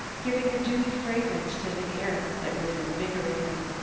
giving a dewy fragrance to the air that was invigorating.